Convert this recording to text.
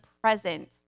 present